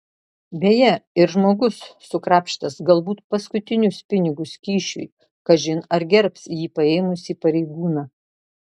beje ir žmogus sukrapštęs galbūt paskutinius pinigus kyšiui kažin ar gerbs jį paėmusį pareigūną